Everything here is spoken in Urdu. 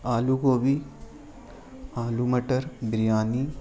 آلو گوبھی آلو مٹر بریانی